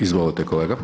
Izvolite kolega.